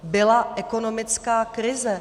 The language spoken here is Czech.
Byla ekonomická krize.